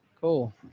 Cool